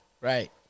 Right